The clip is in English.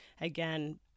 again